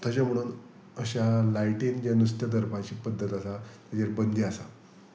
तशें म्हणून अशा लायटीन जे नुस्तें धरपाची पद्दत आसा तेजेर बंदी आसा